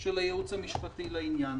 של הייעוץ המשפטי לעניין,